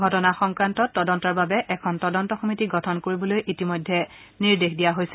ঘটনা সংক্ৰান্তত তদন্তৰ বাবে এখন তদন্ত সমিতি গঠন কৰিবলৈ নিৰ্দেশ দিয়া হৈছে